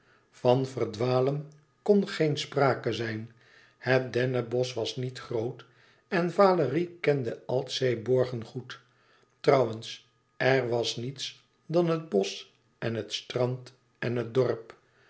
van verdwalen kon geen sprake zijn het dennenbosch was niet groot en valérie kende altseeborgen goed rouwens e ids aargang er was niets dan het bosch en het strand en het dorp